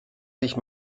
sich